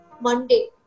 Monday